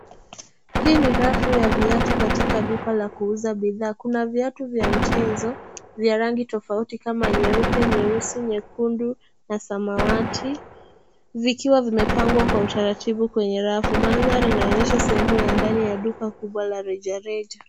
Hii ni rafu ya viatu katika duka la kuuza bidhaa. Kuna viatu vya mchezo, vya rangi tofauti kama nyeupe, nyeusi, nyekundu na samawati vikiwa vimepangwa kwa utaratibu kwenye rafu. Mandhari inaonyesha sehemu ya ndani ya duka kubwa la rejareja.